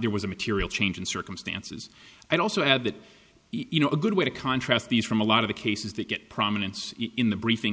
there was a material change in circumstances i'd also have that you know a good way to contrast these from a lot of the cases that get prominence in the briefing